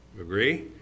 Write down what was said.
Agree